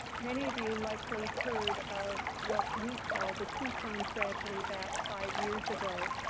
many of you likely heard about what we call the tucson tragedy back five years ago,